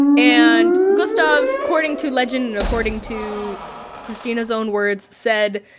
and gustav, according to legend and according to kristina's own words, said,